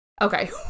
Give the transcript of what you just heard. Okay